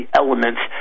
elements